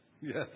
Yes